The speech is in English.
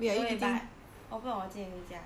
but 我不懂我几点回家